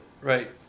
right